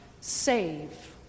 save